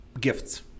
gifts